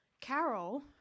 Carol